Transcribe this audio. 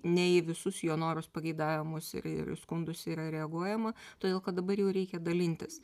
ne į visus jo norus pageidavimus ir į skundus yra reaguojama todėl kad dabar jau reikia dalintis